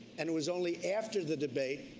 and it was only after the debate,